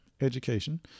education